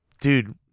Dude